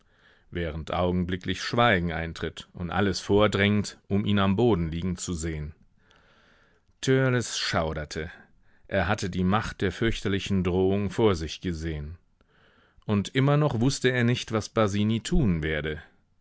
während augenblicklich schweigen eintritt und alles vordrängt um ihn am boden liegen zu sehen törleß schauderte er hatte die macht der fürchterlichen drohung vor sich gesehen und immer noch wußte er nicht was basini tun werde